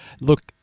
look